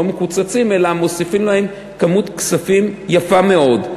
מקוצצים אלא מוסיפים להם כמות כספים יפה מאוד.